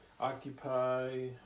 Occupy